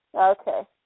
Okay